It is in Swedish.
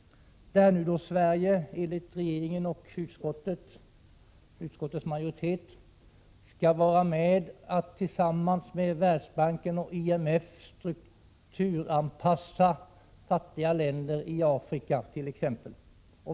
Enligt vad regeringen och utskottets majoritet anser skall Sverige nu tillsammans med Världsbanken och IMF vara med om att strukturanpassa t.ex. fattiga länder i Afrika.